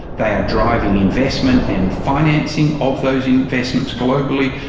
they are driving investment and financing of those investments globally,